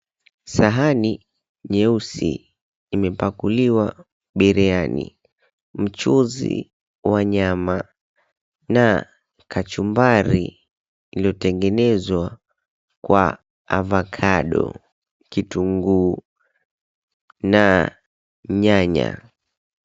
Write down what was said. Sahani nyeusi imepakuliwa biriani, mchuzi wa nyama na kachumbari lililotengenezwa kwa avocado, kitunguu na nyanya.